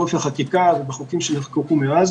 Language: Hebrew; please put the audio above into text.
בחוקים שנחקקו מאז